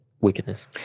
wickedness